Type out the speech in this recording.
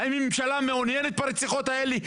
האם הממשלה מעוניינת ברציחות האלה?